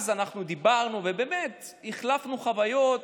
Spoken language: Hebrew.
דיברנו אז ובאמת החלפנו חוויות,